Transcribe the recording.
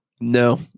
No